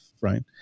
right